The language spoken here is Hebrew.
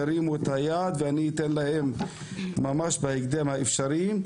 ירימו את היד ואני אתן להם ממש בהקדם האפשרי.